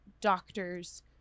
doctors